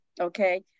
okay